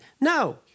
no